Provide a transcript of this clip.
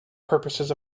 purposes